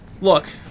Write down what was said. look